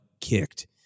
kicked